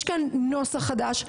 יש כאן נוסח חדש,